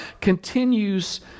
continues